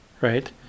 right